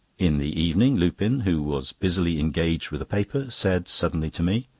in the evening, lupin, who was busily engaged with a paper, said suddenly to me